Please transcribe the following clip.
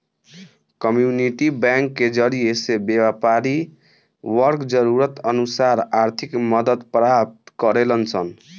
community bank के जरिए से व्यापारी वर्ग जरूरत अनुसार आर्थिक मदद प्राप्त करेलन सन